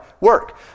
work